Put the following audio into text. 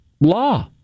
law